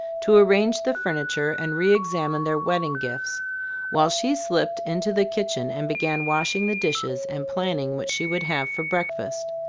to arrange the furniture and re-examine their wedding gifts while she slipped into the kitchen and began washing the dishes and planning what she would have for breakfast.